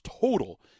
total